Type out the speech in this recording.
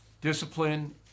Discipline